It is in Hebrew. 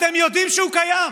אתם יודעים שהוא קיים.